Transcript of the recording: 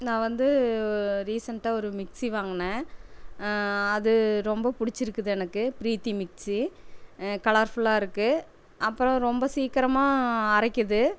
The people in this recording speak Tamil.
நான் வந்து ரீசெண்டாக ஒரு மிக்ஸி வாங்கினேன் அது ரொம்ப பிடிச்சிருக்குது எனக்கு ப்ரீத்தி மிக்ஸி கலர்ஃபுல்லாக இருக்குது அப்புறம் ரொம்ப சீக்கிரமா அரைக்குது